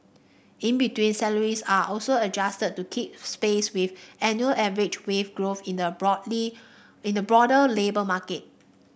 in between salaries are also adjusted to keep space with annual average wage growth in the in the broader labour market